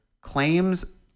claims